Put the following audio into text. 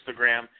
Instagram